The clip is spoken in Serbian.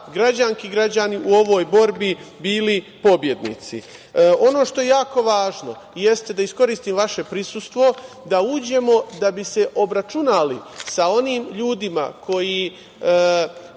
građanke i građani u ovoj borbi bili pobednici. Ono što je jako važno, da iskoristim vaše prisustvo, jeste da uđemo da bi se obračunali sa onim ljudima koji